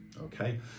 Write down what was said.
okay